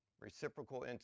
reciprocal